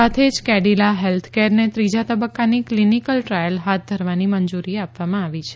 સાથે જ કેડીલા હેલ્થકેરને ત્રીજા તબકકાની કલીનીકલ ટ્રાયલ હાથ ધરવાની મંજુરી આપવામાં આવી છે